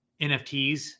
nfts